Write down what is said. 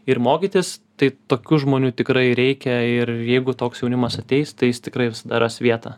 ir mokytis tai tokių žmonių tikrai reikia ir jeigu toks jaunimas ateis tai jis tikrai visada ras vietą